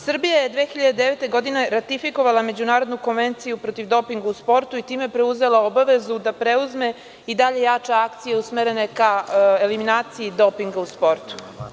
Srbija je 2009. godine ratifikovala Međunarodnu konvenciju protiv doping u sportu i time preuzela obavezu da preuzme i dalje jača akcije usmerena ka eliminaciji dopinga u sportu.